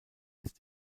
ist